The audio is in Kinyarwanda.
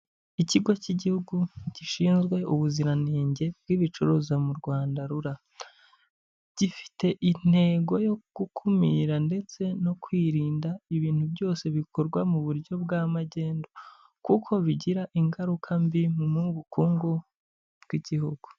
Ikigo cy'igihugu gishinzwe ubuziranenge bw'ibicuruzwa mu Rwanda RURA, gifite intego yo gukumira ndetse no kwirinda ibintu byose bikorwa mu buryo bwa magendu, kuko bigira ingaruka mbi mu bukungu bw'igihugu.